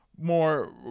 more